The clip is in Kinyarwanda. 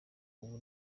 ubu